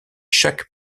chaque